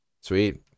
Sweet